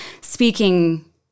speaking